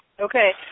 Okay